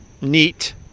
neat